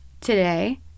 today